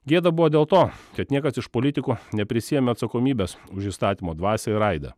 gėda buvo dėl to kad niekas iš politikų neprisiėmė atsakomybės už įstatymo dvasią ir aidą